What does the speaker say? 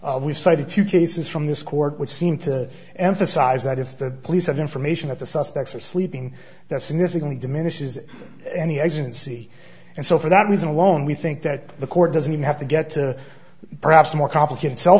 we've cited two cases from this court which seem to emphasise that if the police have information that the suspects are sleeping that significantly diminishes any agency and so for that reason alone we think that the court doesn't even have to get to perhaps more complicated cell